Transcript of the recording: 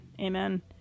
amen